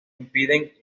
impiden